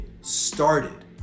started